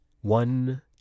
one